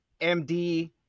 MD